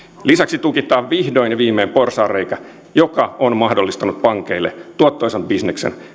lisäksi tukitaan vihdoin ja viimein porsaanreikä joka on mahdollistanut pankeille tuottoisan bisneksen